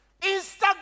Instagram